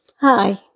Hi